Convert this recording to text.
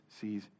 sees